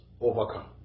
overcome